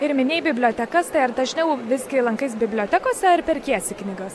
ir minėjai bibliotekas tai ar dažniau visgi lankais bibliotekose ar perkiesi knygas